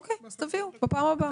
אוקי, אז תביאו בפעם הבאה.